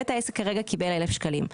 בית העסק קיבל כרגע 1000 שקלים.